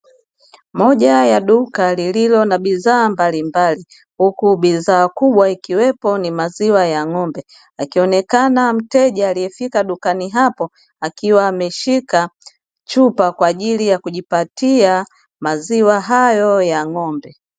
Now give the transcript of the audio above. Moja ya duka lililo na bidhaa mbalimbali, huku bidhaa kubwa ikiwepo ni maziwa ya ng'ombe, akionekana mteja aliyefika dukani hapo akiwa ameshika chupa kwa ajili ya kujipatia maziwa hayo ya ng'ombe.